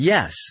Yes